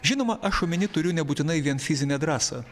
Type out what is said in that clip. žinoma aš omeny turiu nebūtinai vien fizinę drąsą